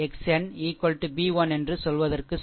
a1 xn b 1 என்று சொல்வதற்கு சமம்